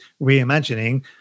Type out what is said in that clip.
reimagining